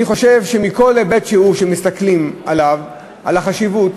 מכל היבט שמסתכלים על החשיבות,